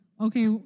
okay